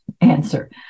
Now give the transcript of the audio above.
answer